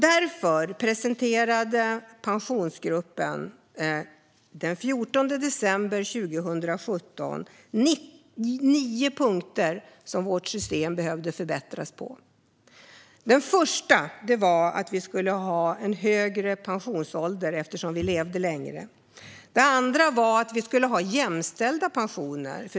Därför presenterade Pensionsgruppen den 14 december 2017 nio punkter som vårt system behöver förbättras på. Den första punkten var att vi ska ha en högre pensionsålder eftersom vi lever längre. Den andra var att vi ska ha jämställda pensioner.